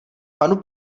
panu